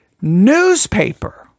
Newspaper